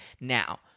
Now